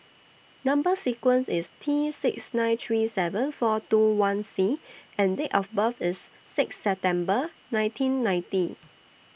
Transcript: Number sequence IS T six nine three seven four two one C and Date of birth IS six September nineteen ninety